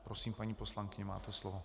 Prosím, paní poslankyně, máte slovo.